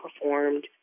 performed